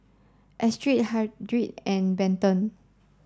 Astrid Hardin and Benton